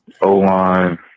O-line